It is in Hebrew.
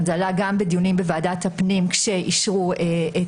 זה עלה גם בדיונים בוועדת הפנים כשאישרו את